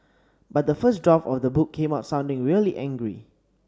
but the first draft of the book came out sounding really angry